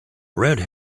red